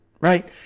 right